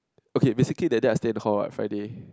okay basically that day I stay in hall what Friday